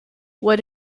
what